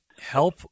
help